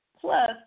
Plus